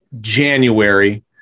January